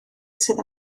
sydd